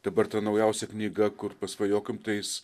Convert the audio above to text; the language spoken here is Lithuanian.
dabar ta naujausia knyga kur pasvajokim tai jis